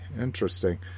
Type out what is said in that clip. interesting